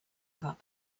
about